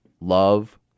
love